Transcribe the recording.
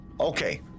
Okay